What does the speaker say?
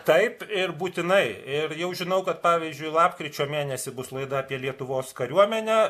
taip ir būtinai ir jau žinau kad pavyzdžiui lapkričio mėnesį bus laida apie lietuvos kariuomenę